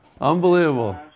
Unbelievable